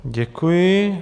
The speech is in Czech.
Děkuji.